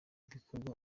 bikorwa